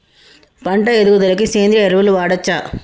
పంట ఎదుగుదలకి సేంద్రీయ ఎరువులు వాడచ్చా?